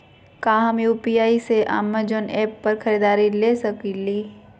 का हम यू.पी.आई से अमेजन ऐप पर खरीदारी के सकली हई?